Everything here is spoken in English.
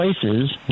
places